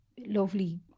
lovely